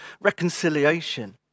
reconciliation